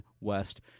west